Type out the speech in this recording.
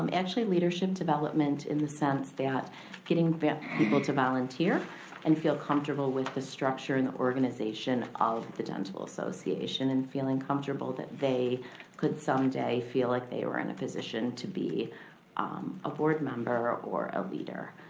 um actually leadership development in the sense that getting people to volunteer and feel comfortable with the structure and the organization of the dental association, and feeling comfortable that they could someday feel like they were in a position to be a board member or a leader.